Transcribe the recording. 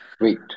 Wait